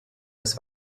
das